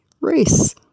race